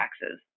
taxes